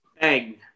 Bang